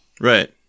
Right